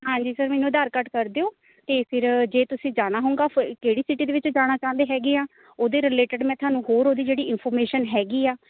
ਹਾਂਜੀ ਸਰ ਮੈਨੂੰ ਆਧਾਰ ਕਾਰਡ ਕਰ ਦਿਓ ਅਤੇ ਫਿਰ ਜੇ ਤੁਸੀਂ ਜਾਣਾ ਹੋਊਗਾ ਫ ਕਿਹੜੀ ਸਿਟੀ ਦੇ ਵਿੱਚ ਜਾਣਾ ਚਾਹੁੰਦੇ ਹੈਗੇ ਆ ਉਹਦੇ ਰਿਲੇਟਡ ਮੈਂ ਤੁਹਾਨੂੰ ਹੋਰ ਉਹਦੀ ਜਿਹੜੀ ਇਨਫੋਰਮੇਸ਼ਨ ਹੈਗੀ ਆ